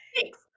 Thanks